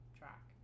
track